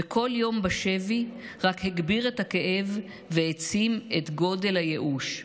וכל יום בשבי רק הגביר את הכאב והעצים את גודל הייאוש.